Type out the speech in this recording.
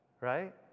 right